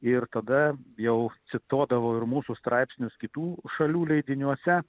ir tada jau cituodavo ir mūsų straipsnius kitų šalių leidiniuose